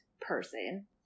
person